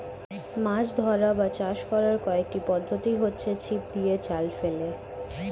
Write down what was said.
মাছ ধরা বা চাষ করার কয়েকটি পদ্ধতি হচ্ছে ছিপ দিয়ে, জাল ফেলে